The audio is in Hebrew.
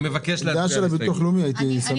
הדעה של הביטוח הלאומי הייתי שמח לשמוע.